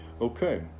okay